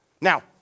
Now